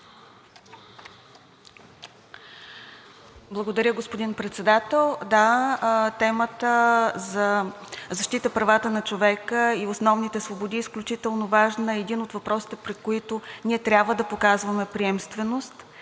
Благодаря, господин Председател. Да, темата за защита правата на човека и основните свободи е изключително важна и е един от въпросите, пред който ние трябва да показваме приемственост,